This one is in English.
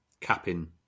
capping